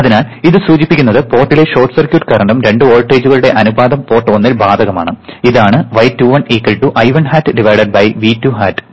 അതിനാൽ ഇത് സൂചിപ്പിക്കുന്നത് പോർട്ടിലെ ഷോർട്ട് സർക്യൂട്ട് കറന്റ് രണ്ട് വോൾട്ടേജുകളുടെ അനുപാതം പോർട്ട് ഒന്നിൽ ബാധകമാണ് ഇതാണ് y21 I1 hat V2 hat